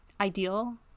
ideal